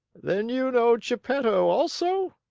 then you know geppetto also?